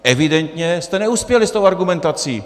Evidentně jste neuspěli s tou argumentací.